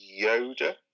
Yoda